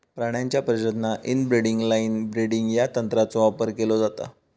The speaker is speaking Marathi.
प्राण्यांच्या प्रजननात इनब्रीडिंग लाइन ब्रीडिंग या तंत्राचो वापर केलो जाता